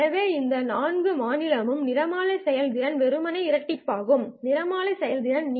எனவே எந்த 4 மாநிலமும் நிறமாலை செயல்திறன் வெறுமனே இரட்டிப்பாகும் நிறமாலை செயல்திறன்